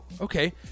okay